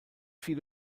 viele